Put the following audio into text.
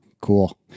Cool